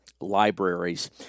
libraries